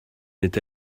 n’est